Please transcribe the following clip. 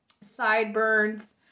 sideburns